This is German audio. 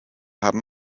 haben